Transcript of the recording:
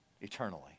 eternally